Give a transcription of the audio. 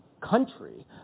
country